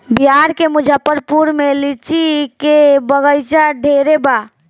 बिहार के मुजफ्फरपुर में लीची के बगइचा ढेरे बा